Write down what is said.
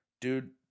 Dude